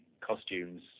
costumes